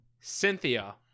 Cynthia